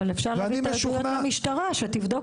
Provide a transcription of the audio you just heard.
אבל אפשר גם לערב את המשטרה, שתבדוק